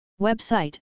Website